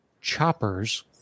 Choppers